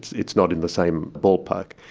it's it's not in the same ballpark.